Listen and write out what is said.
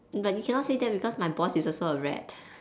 but you cannot say that because my boss is also a rat